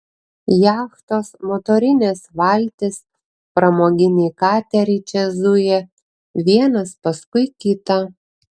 jachtos motorinės valtys pramoginiai kateriai čia zuja vienas paskui kitą